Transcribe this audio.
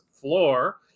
floor